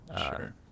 Sure